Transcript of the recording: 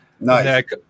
nice